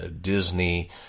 Disney